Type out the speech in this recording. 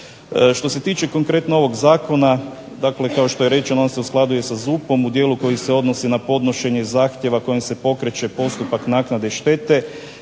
Što se tiče konkretno ovog zakona dakle kao što je rečeno on se usklađuje sa ZUP-om u dijelu koji se odnosi na podnošenje zahtjeva kojim se pokreće postupak naknade štete